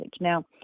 Now